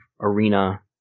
arena